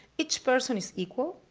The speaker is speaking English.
each person is equal,